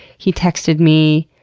he texted me,